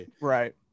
Right